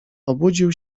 obudził